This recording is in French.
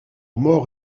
mort